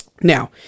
Now